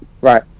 Right